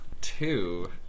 two